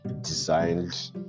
designed